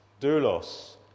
doulos